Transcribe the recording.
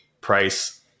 price